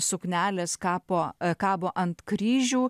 suknelės kabo kabo ant kryžių